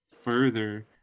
further